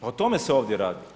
O tome se ovdje radi.